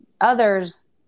Others